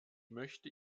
möchte